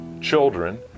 children